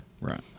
Right